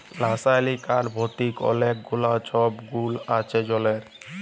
রাসায়লিক আর ভতিক অলেক গুলা ছব গুল আছে জলের